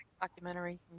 documentary